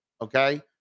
Okay